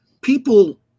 people